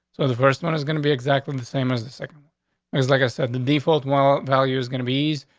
so the first one is gonna be exactly and the same as the second. it was like i said, the default while value is gonna be he's.